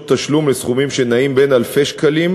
תשלום בסכומים שנעים בין מאות שקלים